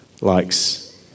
likes